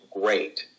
great